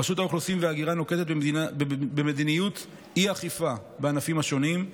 רשות האוכלוסין וההגירה נוקטת מדיניות אי-אכיפה בענפים השונים.